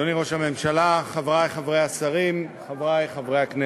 אדוני ראש הממשלה, חברי השרים, חברי חברי הכנסת,